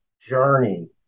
journey